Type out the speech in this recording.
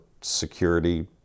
security